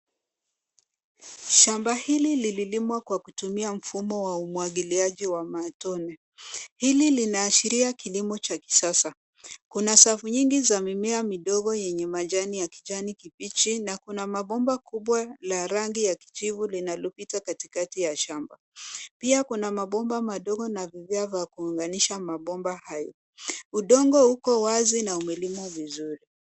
Shamba hili lililimwa kwa kutumia mfumo wa umwagiliaji wa matone. Hili linaashiria kilimo cha kisasa. Kuna safu nyingi za mimea midogo yenye majani ya kijani kibichi na kuna mabomba kubwa la rangi ya kijivu linalopita katikati ya shamba. Pia kuna mabomba madogo na vifaa vya kuunganisha mabomba hayo. Udongo uko wazi na umelimwa vizuri.